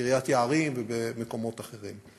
מקריית-יערים וממקומות אחרים.